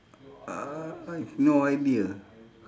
uh I have no idea